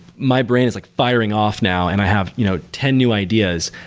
my brain is like firing off now and i have you know ten new ideas.